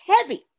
heavy